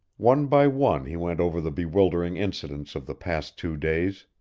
one by one he went over the bewildering incidents of the past two days.